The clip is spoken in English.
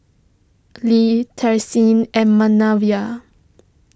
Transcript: Le therese and Manervia